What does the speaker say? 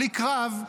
בלי קרב,